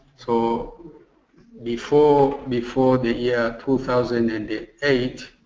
so before before the year two thousand and eight,